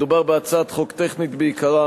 מדובר בהצעת חוק טכנית בעיקרה,